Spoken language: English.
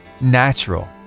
natural